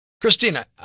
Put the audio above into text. Christina